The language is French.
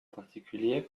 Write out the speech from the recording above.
particulier